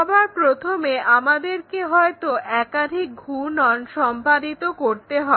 সবার প্রথমে আমাদেরকে হয়তো একাধিক ঘূর্ণন সম্পাদন করতে হবে